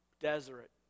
desert